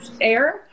air